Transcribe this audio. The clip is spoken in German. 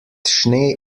schnee